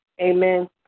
Amen